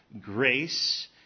grace